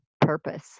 purpose